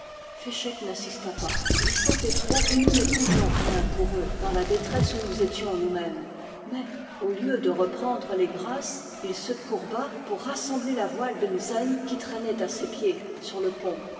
féchec n'insista pas il sentait trop que nous ne pouvions rien pour eux dans la détresse où nous étions nous-mêmes mais au lieu de reprendre les grâces il se courba pour rassembler la voile de misaine qui traînait à ses pieds sur le pont